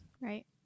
right